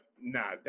nah